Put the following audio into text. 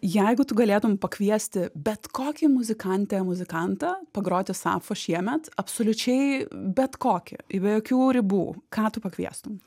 jeigu tu galėtum pakviesti bet kokį muzikantę muzikantą pagroti sapfo šiemet absoliučiai bet kokį i be jokių ribų ką tu pakviestum